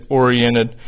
oriented